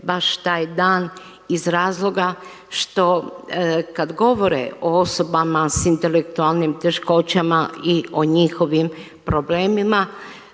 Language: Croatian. baš taj dan iz razloga što kada govore o osobama s intelektualnim teškoćama i o njihovim problemima,